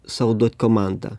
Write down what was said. sau duot komandą